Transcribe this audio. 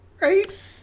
Right